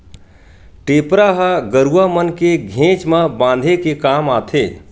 टेपरा ह गरुवा मन के घेंच म बांधे के काम आथे